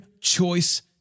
choice